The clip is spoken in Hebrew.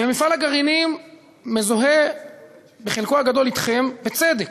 מפעל הגרעינים מזוהה בחלקו הגדול אתכם, בצדק.